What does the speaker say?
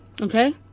Okay